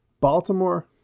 baltimore